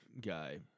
guy